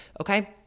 okay